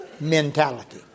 mentality